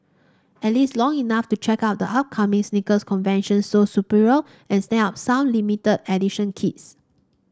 at least long enough to check out the upcoming sneaker convention Sole Superior and snap up some limited edition kicks